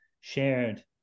shared